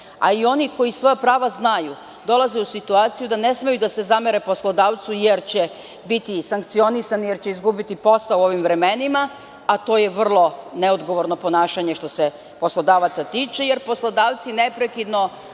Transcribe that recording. a i oni koji svoja prava znaju, dolaze u situaciju da ne smeju da se zamere poslodavcu, jer će biti sankcionisani, jer će izgubiti posao u ovim vremenima, a to je vrlo neodgovorno ponašanje što se poslodavaca tiče, jer poslodavci neprekidno